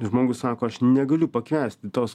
žmogus sako aš negaliu pakęsti tos